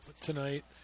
tonight